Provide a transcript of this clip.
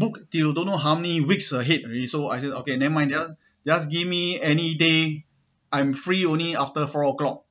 booked you don't know how many weeks ahead already so I said okay never mind dear just give me any day I'm free only after four o'clock